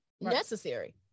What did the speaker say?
necessary